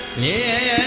da